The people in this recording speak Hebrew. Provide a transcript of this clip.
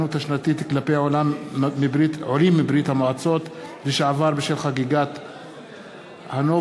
גזענות כלפי עולים מברית-המועצות לשעבר בשל חגיגת הנובי-גוד,